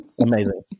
Amazing